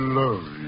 love